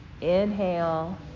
Inhale